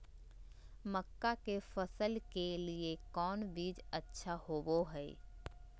मक्का के फसल के लिए कौन बीज अच्छा होबो हाय?